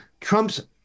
Trump's